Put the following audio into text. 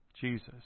Jesus